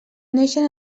neixen